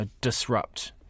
disrupt